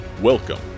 Welcome